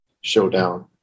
showdown